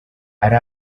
ari